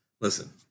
listen